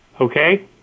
Okay